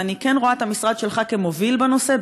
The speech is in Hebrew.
ואני כן רואה את המשרד שלך כמוביל בנושא,